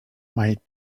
might